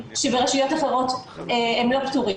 שברשויות אחרות לא פטורים,